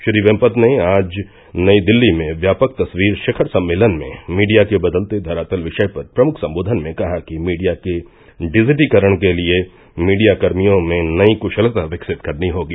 श्री वेमपति ने आज नई दिल्ली में व्यापक तस्वीर शिखर सम्मेलन में मीडिया के बदलते धरातल विषय पर प्रमुख संबोधन में कहा कि मीडिया के डिजिटीकरण के लिए मीडिया कर्मियों में नई क्शलता विकसित करनी होगी